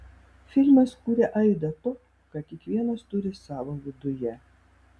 filmas kuria aidą to ką kiekvienas turi savo viduje